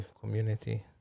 community